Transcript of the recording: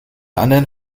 anderen